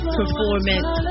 performance